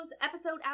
episode